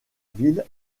ville